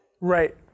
Right